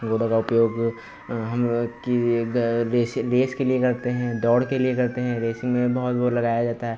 घोड़ों का उपयोग हम कि रेस रेस के लिए करते हैं दौड़ के लिए करते हैं रेसिन्ग में बहुत वह लगाया जाता है